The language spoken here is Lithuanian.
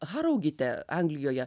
haraugite anglijoje